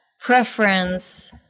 preference